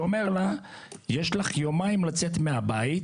שאומר לה 'יש לך יומיים לצאת מהבית',